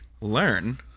learn